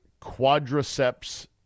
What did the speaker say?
quadriceps